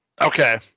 Okay